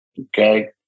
Okay